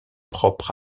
propre